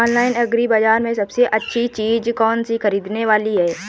Online agri बाजार में सबसे अच्छी चीज कौन सी ख़रीदने वाली है?